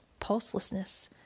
Pulselessness